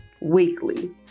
weekly